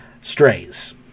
strays